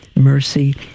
Mercy